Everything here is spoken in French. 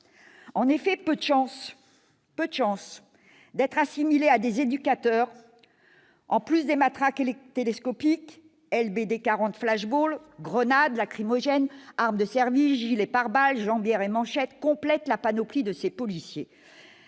En effet, peu de chances d'être assimilés à des éducateurs ! En plus des matraques télescopiques, LBD 40 ou flash-ball, grenades lacrymogènes, armes de service, gilet par balle, jambières et manchettes complètent la panoplie de ces policiers.